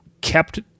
kept